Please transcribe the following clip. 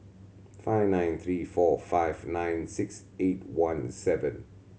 five nine three four five nine six eight one seven